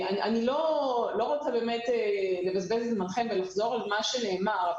אני לא רוצה באמת לבזבז את זמנכם ולחזור על מה שנאמר,